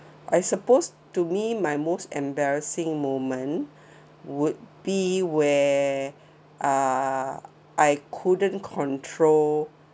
I supposed to me my most embarrassing moment would be where uh I couldn't control